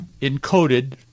encoded